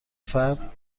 فرد